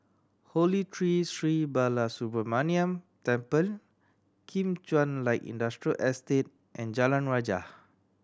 Holy Tree Sri Balasubramaniar Temple Kim Chuan Light Industrial Estate and Jalan Rajah